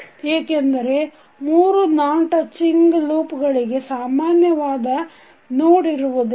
ಏಕೆಂದರೆ ಮೂರು non touching loop ಗಳಿಗೆ ಸಾಮಾನ್ಯವಾದ ನೋಡ್ ಇರುವುದಿಲ್ಲ